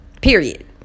Period